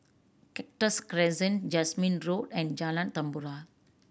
Cactus Crescent Jasmine Road and Jalan Tempua